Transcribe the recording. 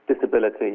disability